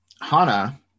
Hana